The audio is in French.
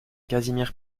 casimir